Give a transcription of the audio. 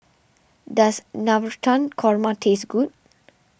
does Navratan Korma taste good